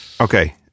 okay